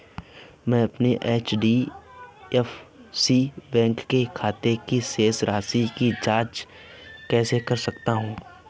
मैं अपने एच.डी.एफ.सी बैंक के खाते की शेष राशि की जाँच कैसे कर सकता हूँ?